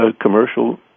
commercial